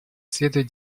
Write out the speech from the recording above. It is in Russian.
следует